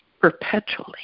perpetually